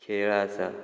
खेळ आसात